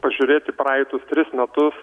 pažiūrėti praeitus tris metus